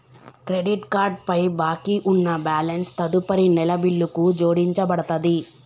credit card పై బాకీ ఉన్న బ్యాలెన్స్ తదుపరి నెల బిల్లుకు జోడించబడతది